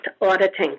auditing